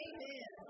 Amen